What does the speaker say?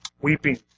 weeping